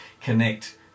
connect